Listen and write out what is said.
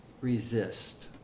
resist